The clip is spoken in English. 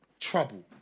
trouble